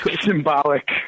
symbolic